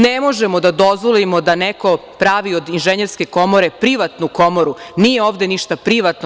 Ne možemo da dozvolimo da neko pravi od Inženjerske komore privatnu komoru, nije ovde ništa privatno.